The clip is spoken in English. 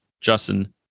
Justin